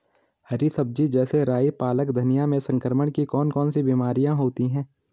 हरी सब्जी जैसे राई पालक धनिया में संक्रमण की कौन कौन सी बीमारियां होती हैं?